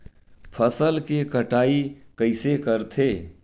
फसल के कटाई कइसे करथे?